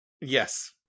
Yes